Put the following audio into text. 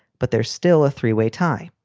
but there's still a three way tie.